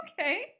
Okay